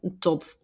top